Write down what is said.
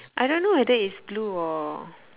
I don't know whether it's blue or